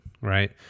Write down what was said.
right